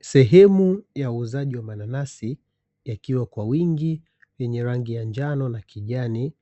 Sehemu ya uuzaji wa mananasi yakiwa kwa wingi yenye rangi ya njano na kijani,